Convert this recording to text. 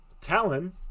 Talon